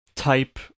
type